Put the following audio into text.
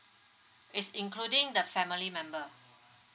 it's including the family member